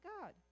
God